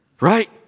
Right